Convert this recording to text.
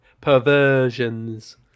perversions